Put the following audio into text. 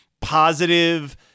positive